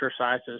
exercises